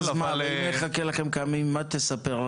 אבל --- מיכאל מרדכי ביטון (יו"ר ועדת